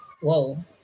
Whoa